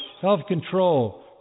self-control